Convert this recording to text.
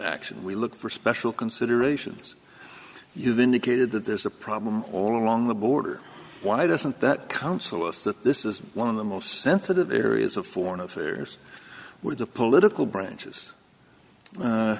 action we look for special considerations you've indicated that there's a problem all along the border why doesn't that counsel us that this is one of the most sensitive areas of foreign affairs where the political branches